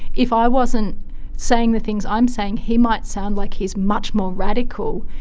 if i wasn't saying the things i'm saying, he might sound like he's much more radical.